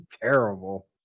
terrible